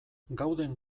gauden